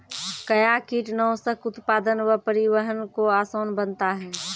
कया कीटनासक उत्पादन व परिवहन को आसान बनता हैं?